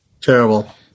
Terrible